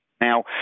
Now